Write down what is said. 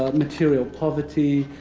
ah material poverty,